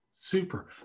Super